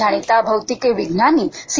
જાણીતા મૌલિક વિજ્ઞાની સી